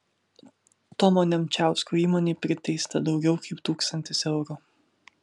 tomo nemčiausko įmonei priteista daugiau kaip tūkstantis eurų